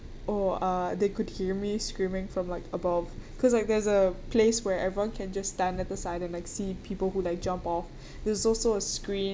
oh uh they could hear me screaming from like above because like there's a place where everyone can just stand at the side and like see people who like jump off there's also a screen